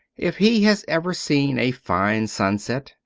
if he has ever seen a fine sunset,